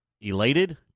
elated